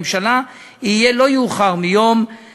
לממשלה ולכנסת לקיים הליך מקצועי לאישור תקציב